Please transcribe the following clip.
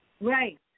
Right